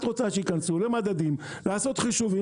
את רוצה שייכנסו למדדים לעשות חישובים